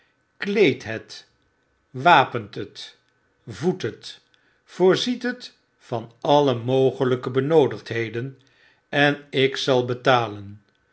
kleedt het wapent het voedt het voorziet het van alle mogelijke benoodigdheden en ik zal betalen